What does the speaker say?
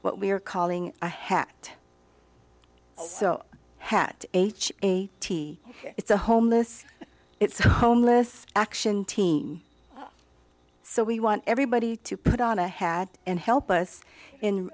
what we are calling a hat so hat h a t it's a homeless it's a homeless action team so we want everybody to put on a hat and help us